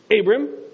Abram